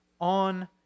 on